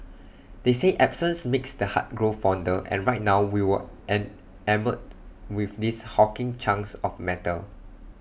they say absence makes the heart grow fonder and right now we were an enamoured with these hulking chunks of metal